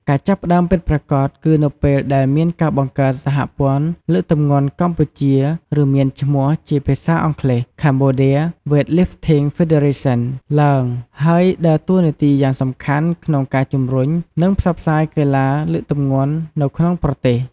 ការចាប់ផ្តើមពិតប្រាកដគឺនៅពេលដែលមានការបង្កើត សហព័ន្ធលើកទម្ងន់កម្ពុជា ឬមានឈ្មោះជាភាសាអង់គ្លេស Cambodia Weightlifting Federation ឡើង ហើយ ដើរតួនាទីយ៉ាងសំខាន់ក្នុងការជំរុញ និងផ្សព្វផ្សាយកីឡាលើកទម្ងន់នៅក្នុងប្រទេស។